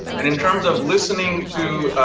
and in terms of listening to